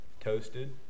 toasted